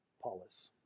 Paulus